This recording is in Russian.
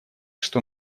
что